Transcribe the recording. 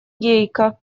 гейка